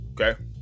Okay